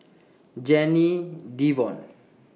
Janie Devon